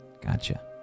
Gotcha